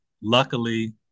luckily